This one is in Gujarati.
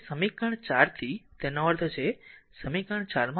તેથી સમીકરણ 4 થી તેનો અર્થ છે સમીકરણ 4 માંથી